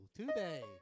today